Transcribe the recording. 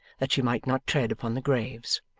that she might not tread upon the graves.